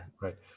Right